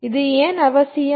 இது ஏன் அவசியம்